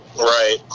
Right